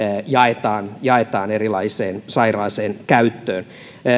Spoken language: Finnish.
jaetaan jaetaan sairaaseen käyttöön